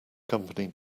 company